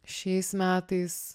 šiais metais